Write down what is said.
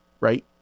right